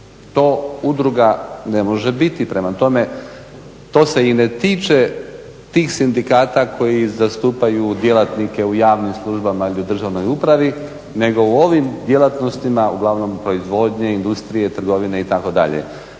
To udruga ne može biti. Prema tome to se i ne tiče tih sindikata koji zastupaju djelatnike u javnim službama ili u državnoj upravi nego u ovim djelatnostima uglavnom proizvodnje, industrije, trgovine itd..